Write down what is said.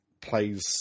plays